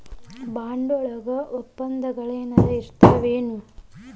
Bond ವಳಗ ವಪ್ಪಂದಗಳೆನರ ಇರ್ತಾವೆನು?